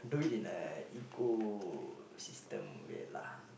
do it in an ecosystem way lah